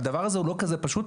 הדבר הזה הוא לא כזה פשוט,